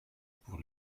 pour